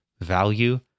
value